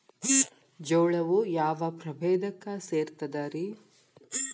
ಜೋಳವು ಯಾವ ಪ್ರಭೇದಕ್ಕ ಸೇರ್ತದ ರೇ?